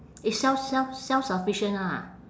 it's self~ self~ self-sufficient ah